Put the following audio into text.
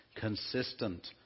consistent